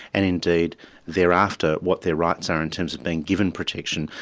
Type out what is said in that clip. and indeed thereafter what their rights are in terms of being given protection.